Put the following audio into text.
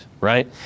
right